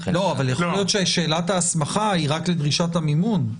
אבל יכול להיות ששאלת ההסמכה היא רק לדרישת המימון.